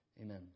Amen